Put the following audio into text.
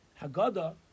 Haggadah